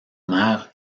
mère